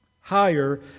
higher